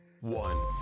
one